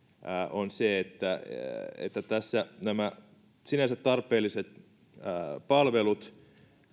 on se että että tässä nämä sinänsä tarpeelliset palvelut